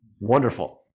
wonderful